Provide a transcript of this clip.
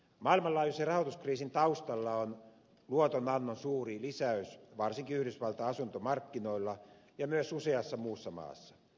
maailmanlaajuisen rahoituskriisin taustalla on luotonannon suuri lisäys varsinkin yhdysvaltain asuntomarkkinoilla ja myös useassa muussa maassa